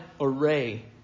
array